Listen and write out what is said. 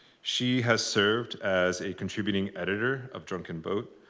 she has served as a contributing editor of drunken boat.